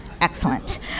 Excellent